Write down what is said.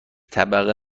طبقه